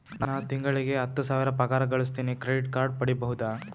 ನಾನು ತಿಂಗಳಿಗೆ ಹತ್ತು ಸಾವಿರ ಪಗಾರ ಗಳಸತಿನಿ ಕ್ರೆಡಿಟ್ ಕಾರ್ಡ್ ಪಡಿಬಹುದಾ?